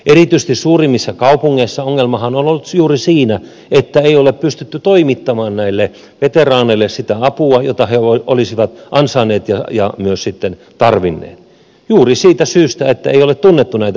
erityisesti suurimmissa kaupungeissahan ongelma on ollut juuri siinä että ei ole pystytty toimittamaan näille veteraaneille sitä apua jota he olisivat ansainneet ja myös sitten tarvinneet juuri siitä syystä että ei ole tunnettu näitä henkilöitä